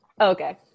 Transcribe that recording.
Okay